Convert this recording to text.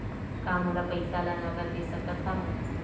का मोला पईसा ला नगद दे सकत हव?